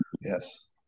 Yes